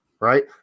Right